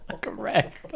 Correct